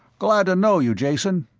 glad to know you, jason.